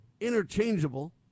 interchangeable